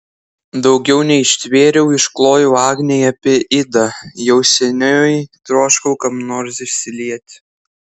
daugiau neištvėriau išklojau agnei apie idą jau seniai troškau kam nors išsilieti